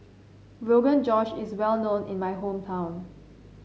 Rogan Josh is well known in my hometown